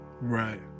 right